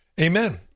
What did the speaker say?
Amen